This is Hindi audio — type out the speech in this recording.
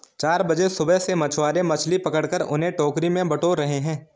चार बजे सुबह से मछुआरे मछली पकड़कर उन्हें टोकरी में बटोर रहे हैं